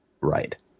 right